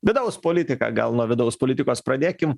vidaus politiką gal nuo vidaus politikos pradėkim